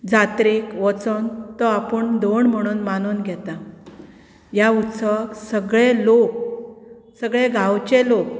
जात्रेक वचून तो आपूण धोंड म्हणून मानून घेता ह्या उत्सवाक सगळे लोक सगळे गांवचे लोक